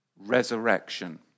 resurrection